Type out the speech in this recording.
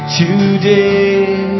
today